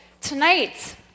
tonight